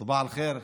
סבח אל-ח'יר,